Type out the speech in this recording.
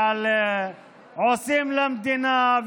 ועל עושים למדינה,